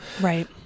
Right